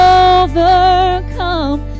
overcome